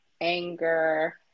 anger